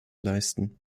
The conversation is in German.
leisten